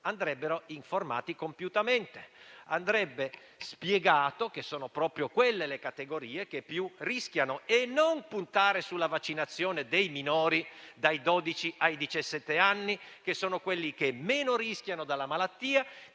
andrebbero informati compiutamente; andrebbe spiegato che sono proprio quelle le categorie che più rischiano e non puntare sulla vaccinazione dei minori dai dodici ai diciassette anni, che sono quelli che meno rischiano dalla malattia